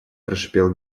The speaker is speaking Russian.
прошипел